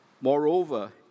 Moreover